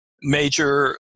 major